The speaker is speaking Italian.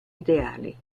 ideali